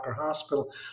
Hospital